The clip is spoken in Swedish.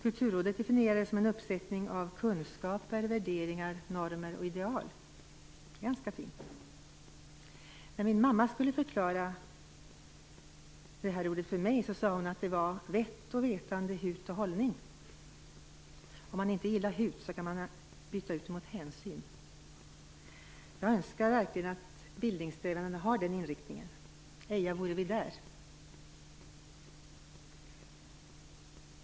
Kulturrådet definierar det som en uppsättning kunskaper, värderingar, normer och ideal - ganska fint! När min mamma skulle förklara ordet bildning för mig sade hon att det betyder vett och vetande, hut och hållning. Om man inte gillar ordet hut kan man byta ut det mot hänsyn. Jag önskar verkligen att bildningssträvandena har den inriktningen. Eja, vore vi där!